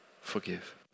Forgive